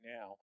now